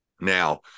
Now